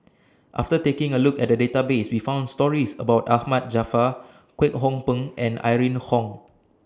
after taking A Look At The Database We found stories about Ahmad Jaafar Kwek Hong Png and Irene Khong